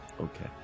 Okay